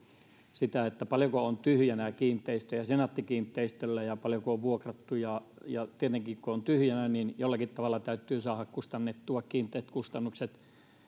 sitä paljonko on tyhjinä kiinteistöjä senaatti kiinteistöillä ja paljonko on vuokrattuja ja tietenkin kun niitä on tyhjinä niin jollakin tavalla täytyy saada kustannettua kiinteät kustannukset